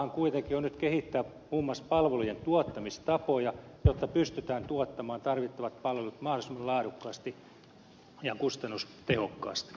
oleellisempaahan kuitenkin on nyt kehittää muun muassa palvelujen tuottamistapoja jotta pystytään tuottamaan tarvittavat palvelut mahdollisimman laadukkaasti ja kustannustehokkaasti